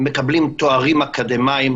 הם מקבלים תארים אקדמאים